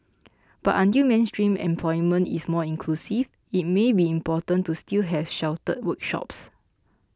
but until mainstream employment is more inclusive it may be important to still have sheltered workshops